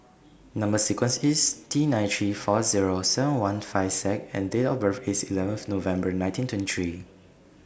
Number sequence IS T nine three four Zero seven one five Z and Date of birth IS eleventh November nineteen twenty three